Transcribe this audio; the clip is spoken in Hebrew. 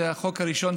אדוני היושב-ראש,